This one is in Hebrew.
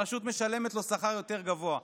הרשות משלמת לו שכר יותר גבוה.